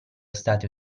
state